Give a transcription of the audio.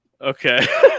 okay